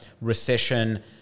recession